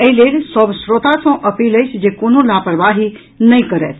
एहि लेल सभ श्रोता सॅ अपील अछि जे कोनो लापरवाही नहि करथि